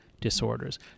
disorders